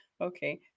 okay